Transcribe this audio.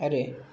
आरो